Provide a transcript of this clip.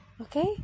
Okay